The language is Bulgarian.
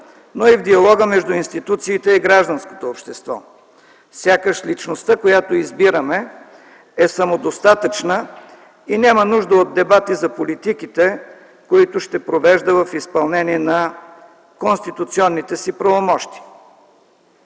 но и в диалога между институциите и гражданското общество, сякаш личността, която избираме, е самодостатъчна и няма нужда от дебати за политиките, които ще провежда в изпълнение на конституционните си правомощия.